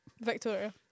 Victoria